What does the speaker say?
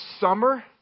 summer